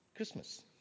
Christmas